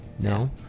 No